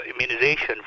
immunization